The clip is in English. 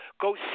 Go